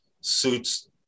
suits